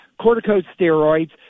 corticosteroids